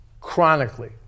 Chronically